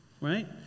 Right